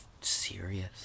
serious